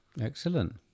Excellent